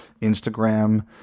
Instagram